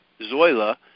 Zoila